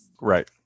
Right